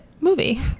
movie